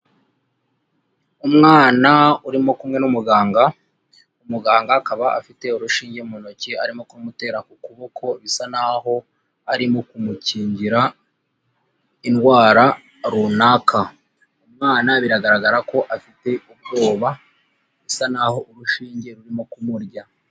Umwana urimo kumwe n'umuganga, umuganga akaba afite urushinge mu ntoki, arimo kurumutera ku kuboko, bisa naho arimo kumukingira indwara runaka. Umwana biragaragara ko afite ubwoba, bisa naho urushinge rurimo kumurya.